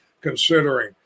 considering